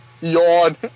Yawn